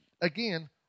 again